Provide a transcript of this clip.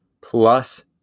plus